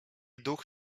duch